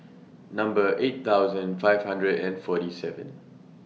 Number eight thousand five hundred and forty seven